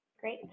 Great